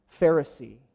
Pharisee